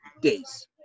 days